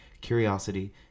curiosity